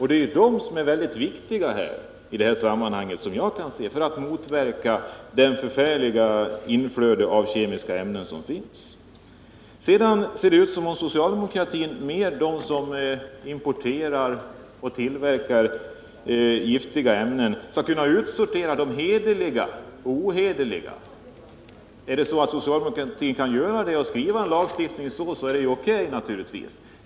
Men det är de som är de viktiga i ansträngningarna att påverka det förfärliga inflödet av kemiska ämnen som finns. Vidare verkar det som om socialdemokraterna tror att de bland dem som importerar eller tillverkar giftiga ämnen skall kunna utsortera de hederliga från de ohederliga. Om socialdemokratin kan göra det och skriva en lag som fungerar i det avseendet, så är det naturligtvis O.K.